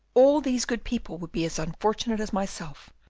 all these good people will be as unfortunate as myself,